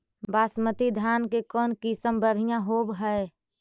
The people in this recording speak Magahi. बासमती धान के कौन किसम बँढ़िया होब है?